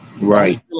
right